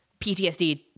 PTSD